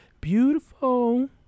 beautiful